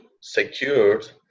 secured